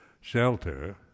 shelter